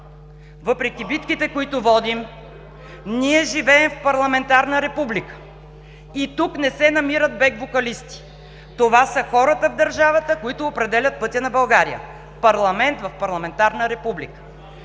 въпреки битките, които водим, ние живеем в парламентарна република и тук не се намират „бек вокалисти“. Това са хората в държавата, които определят пътя на България – парламент в парламентарна република.